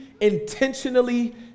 intentionally